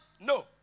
No